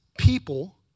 People